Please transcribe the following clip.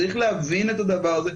צריך להבין את הדבר הזה,